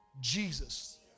Jesus